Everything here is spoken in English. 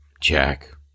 Jack